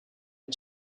and